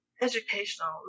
educational